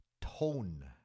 Tone